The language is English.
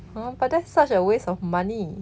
!huh! but that's such a waste of money